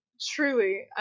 truly